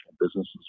businesses